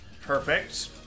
perfect